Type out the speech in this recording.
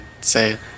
say